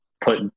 put